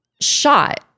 shot